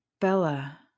Bella